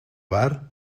bar